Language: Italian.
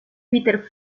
peter